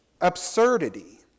absurdity